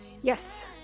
Yes